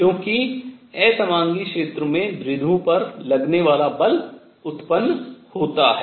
क्योंकि असमांगी क्षेत्र में द्विध्रुव पर लगने वाला बल उत्पन्न होता है